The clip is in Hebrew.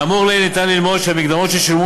מהאמור לעיל ניתן ללמוד שהמקדמות ששולמו